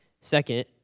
Second